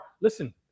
Listen